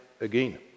again